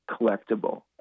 collectible